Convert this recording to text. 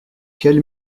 quels